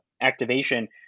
activation